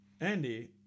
Andy